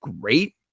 great